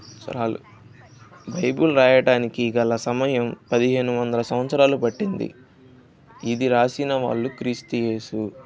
సంవత్సరాలు బైబిల్ రాయటానికి గల సమయం పదిహేను వందల సంవత్సరాలు పట్టింది ఇది రాసిన వాళ్ళు క్రీస్తు ఏసు